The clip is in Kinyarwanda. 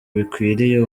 bikwiriye